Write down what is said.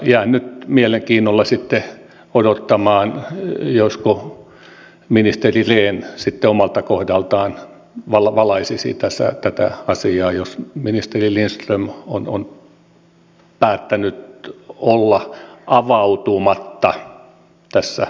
jään nyt mielenkiinnolla sitten odottamaan josko ministeri rehn sitten omalta kohdaltaan valaisisi tätä asiaa jos ministeri lindström on päättänyt olla avautumatta tässä asiassa